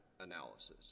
analysis